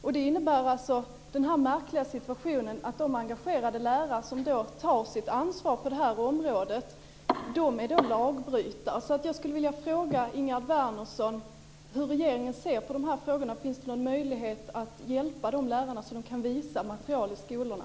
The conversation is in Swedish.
Då uppstår den märkliga situationen att de engagerade lärare som tar sitt ansvar på det här området är lagbrytare. Jag skulle vilja fråga Ingegerd Wärnersson hur regeringen ser på de här frågorna. Finns det någon möjlighet att hjälpa dessa lärare så att de kan visa material i skolorna?